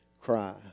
cry